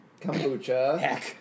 kombucha